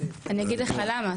אני אגיד לך למה.